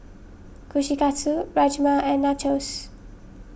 Kushikatsu Rajma and Nachos